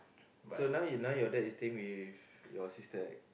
so now your now your dad is staying with your sister right